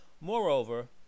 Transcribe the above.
Moreover